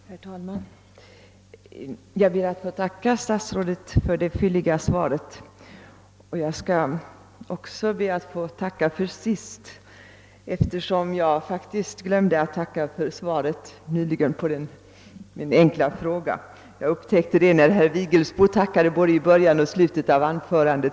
Herr ialman! Jag ber att få tacka statsrådet för det fylliga svaret. Samtidigt ber jag också att få tacka för senast, eftersom jag faktiskt glömde ati tacka för svaret på min enkla fråga nyss — jag upptäckte min faute när herr Vigelsbo tackade både i början och slutet av sitt anförande.